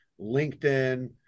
LinkedIn